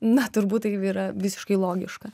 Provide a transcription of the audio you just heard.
na turbūt taip yra visiškai logiška